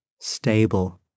stable